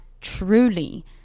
truly